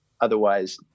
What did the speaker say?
otherwise